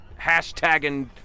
hashtagging